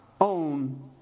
own